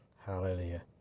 Hallelujah